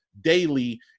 daily